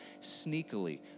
Sneakily